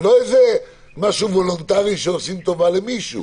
ולא איזה משהו וולונטרי שעושים טובה למישהו,